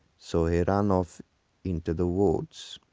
so he ran off into the woods